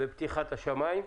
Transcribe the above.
לפתיחת השמיים.